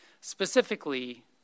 Specifically